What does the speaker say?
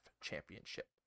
championship